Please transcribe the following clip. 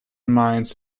minds